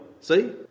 See